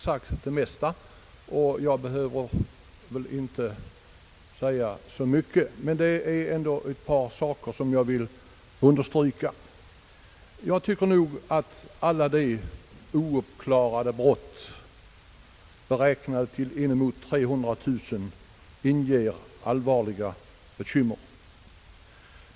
Därför behöver jag väl inte bli mångordig, men det är ändå några saker som jag vill understryka. Jag tycker att alla de ouppklarade brotten, beräknade till inemot 300 000, inger allvarliga bekymmer.